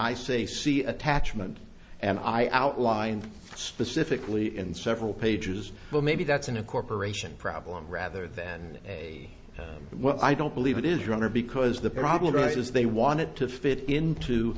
i say see attachment and i outlined specifically in several pages well maybe that's in a corporation problem rather than a well i don't believe it is wrong or because the problem right is they want it to fit into